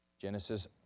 Genesis